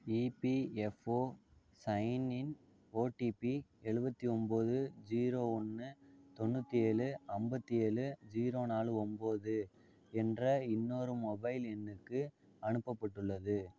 EPFO sign in OTP எழுபத்தி ஒம்போது zero ஒன்று தொண்ணூற்றி ஏழு அம்பத்தி ஏழு ஜீரோ நாலு ஒம்போது என்ற இன்னொரு மொபைல் எண்ணுக்கு அனுப்பப்பட்டுள்ளது